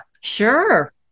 Sure